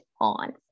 on